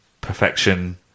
perfection